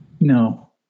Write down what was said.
No